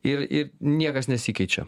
ir ir niekas nesikeičia